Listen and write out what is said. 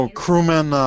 crewman